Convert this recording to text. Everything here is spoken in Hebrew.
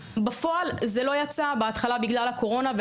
קארין ונורית שכן מכירים את הנפשות הפועלות בהתאחדות.